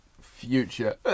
future